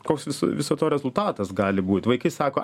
koks viso viso to rezultatas gali būti vaikai sako